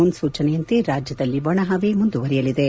ಮನ್ನೂಚನೆಯಂತೆ ರಾಜ್ಯದಲ್ಲಿ ಒಣಪವೆ ಮುಂದುವರೆಯಲಿದೆ